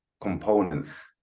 components